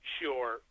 Sure